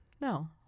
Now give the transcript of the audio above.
No